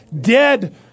dead